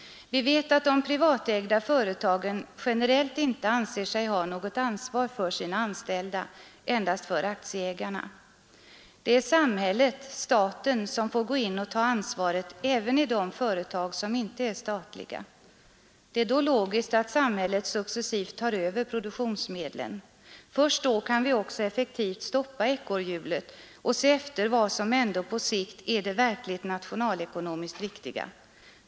Vi vet att de privatägda företagen generellt inte anser sig ha något ansvar för sina anställda utan endast inför aktieägarna. Det är samhället, staten, som får gå in och ta ansvaret även i de företag som inte är statliga. Det är då logiskt att samhället successivt tar över produktionsmedlen. Först då kan vi också effektivt stoppa ekorrhjulet och se efter vad som ändå på sikt är det verkligt nationalekonomiskt riktiga.